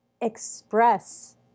express